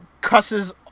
cusses